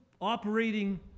operating